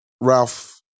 Ralph